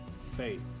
faith